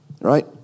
right